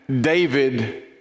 David